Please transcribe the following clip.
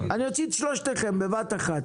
אני אוציא את שלושתכם בבת אחת,